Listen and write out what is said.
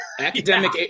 Academic